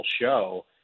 show